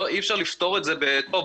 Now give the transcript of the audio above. אי אפשר לפתור את זה ולומר: טוב,